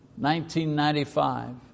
1995